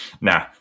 Nah